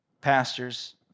pastors